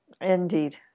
Indeed